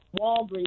Walgreens